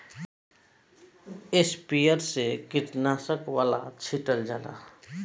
sprayer से कीटनाशक वाला छीटल जाला